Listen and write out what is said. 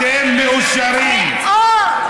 אתם מאושרים, מאוד.